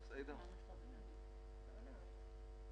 פרחים וכו'.